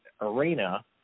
arena